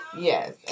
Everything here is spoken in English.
Yes